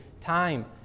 time